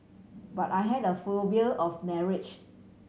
but I had a phobia of marriage